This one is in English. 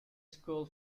school